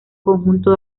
conjunto